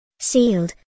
sealed